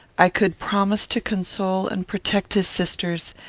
i could promise to console and protect his sisters,